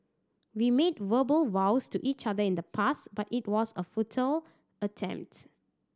we made verbal vows to each other in the past but it was a futile attempt